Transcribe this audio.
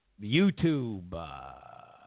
YouTube